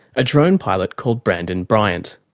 a drone pilot called brandon bryant